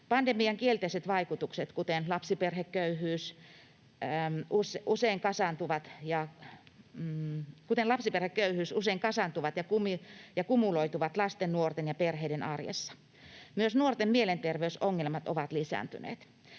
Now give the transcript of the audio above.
Pandemian kielteiset vaikutukset, kuten lapsiperheköyhyys, usein kasaantuvat ja kumuloituvat lasten, nuorten ja perheiden arjessa. Myös nuorten mielenterveysongelmat ovat lisääntyneet.